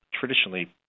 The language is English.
traditionally